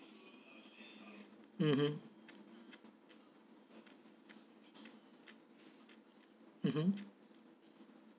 mmhmm mmhmm